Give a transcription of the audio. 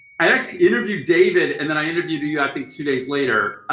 i actually interviewed david and then i interviewed you i think two days later.